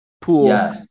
pool